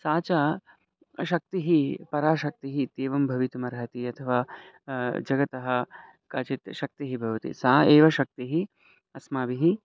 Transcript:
सा च शक्तिः पराशक्तिः इत्येवं भवितुम् अर्हति अथवा जगति काचित् शक्तिः भवति सा एव शक्तिः अस्माभिः